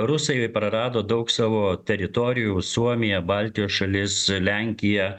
rusai prarado daug savo teritorijų suomiją baltijos šalis lenkiją